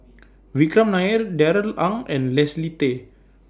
Vikram Nair Darrell Ang and Leslie Tay